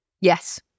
Yes